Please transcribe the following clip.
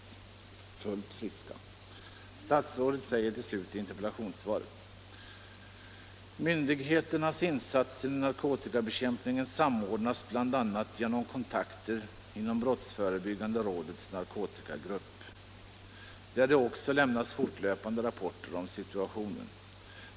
Slutligen säger statsrådet i interpellationssvaret: ”Myndigheternas insatser i narkotikabekämpningen samordnas bl.a. genom kontakter inom brottsförebyggande rådets narkotikagrupp, där det också lämnas fortlöpande rapporter om situationen.